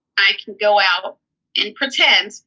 i can go out and pretend.